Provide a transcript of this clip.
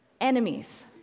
Enemies